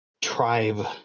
tribe